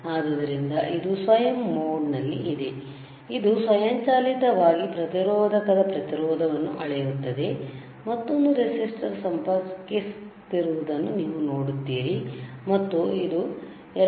ಆದ್ದರಿಂದ ಇದು ಸ್ವಯಂ ಮೋಡ್ ನಲ್ಲಿದೆ ಆದ್ದರಿಂದ ಇದು ಸ್ವಯಂಚಾಲಿತವಾಗಿ ಪ್ರತಿರೋಧಕದ ಪ್ರತಿರೋಧವನ್ನು ಅಳೆಯುತ್ತದೆ ಮತ್ತೊಂದು ರೆಸಿಸ್ಟರ್ ಸಂಪರ್ಕಿಸುತ್ತಿರುವುದನ್ನು ನೀವು ನೋಡುತ್ತೀರಿ ಮತ್ತು 2